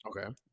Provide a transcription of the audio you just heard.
Okay